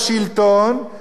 יושבים כמה שנים,